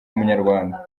umunyarwanda